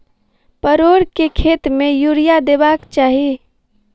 परोर केँ खेत मे यूरिया देबाक चही?